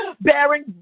bearing